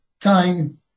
time